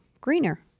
greener